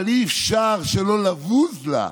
אבל אי-אפשר שלא לבוז לה היום,